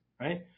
right